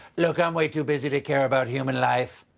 look, i'm way too busy to care about human life.